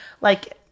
Like-